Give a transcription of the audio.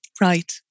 Right